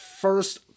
first